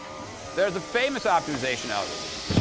there's famous optimization algorithms.